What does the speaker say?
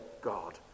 God